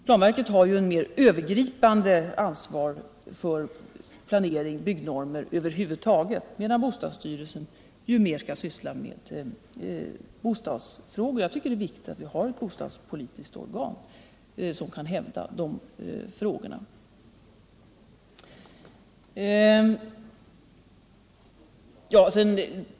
Planverket har ju ett mer övergripande ansvar för planering och byggnormer över huvud taget medan bostadsstyrelsen mera skall syssla med bostadsfrågor. Jag tycker att det är viktigt att vi har ett bostadspolitiskt organ som kan hävda de frågorna.